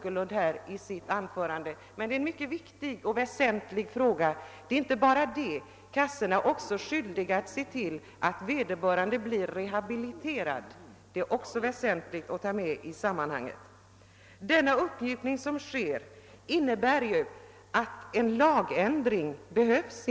En viktig sak förbisåg herr Åkerlind, nämligen att kassorna dessutom är skyldiga att se till att den sjuke blir rehabiliterad. Den uppmjukning som sker innebär att någon lagändring inte behövs.